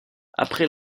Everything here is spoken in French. après